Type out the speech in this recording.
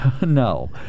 No